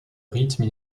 rythme